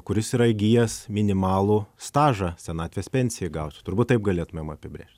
kuris yra įgijęs minimalų stažą senatvės pensijai gauti turbūt taip galėtumėm apibrėžt